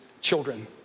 children